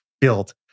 build